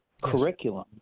curriculum